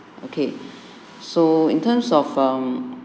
okay so in terms of from